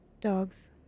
dogs